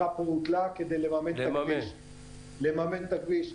אלא כדי לממן את הכביש.